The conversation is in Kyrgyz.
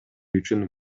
үчүн